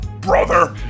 Brother